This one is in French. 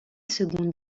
seconde